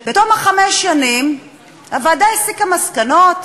בתום חמש השנים הוועדה הסיקה מסקנות,